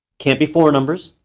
can't be four numbers.